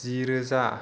जिरोजा